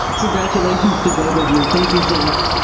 congratulations to both of you. thank you, zach.